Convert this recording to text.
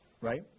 Right